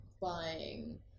buying